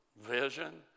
vision